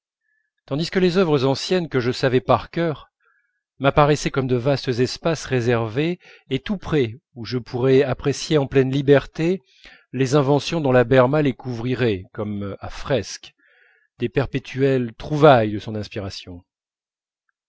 tandis que les œuvres anciennes que je savais par cœur m'apparaissaient comme de vastes espaces réservés et tout prêts où je pourrais apprécier en pleine liberté les inventions dont la berma les couvrirait comme à fresque des perpétuelles trouvailles de son inspiration